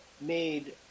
made